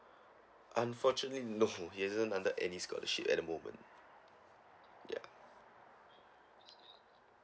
unfortunately no he isn't under any scholarship at the moment ya